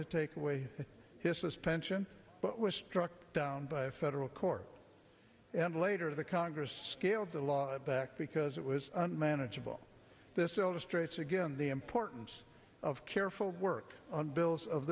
to take away his suspension but was struck down by a federal court and later the congress scaled the law back because it was unmanageable this illustrates again the importance of careful work on bills of